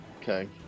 Okay